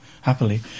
happily